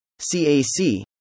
CAC